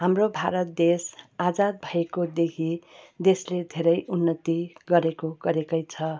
हाम्रो भारत देश आजात भएकोदेखि देशले धेरै उन्नति गरेको गरेकै छ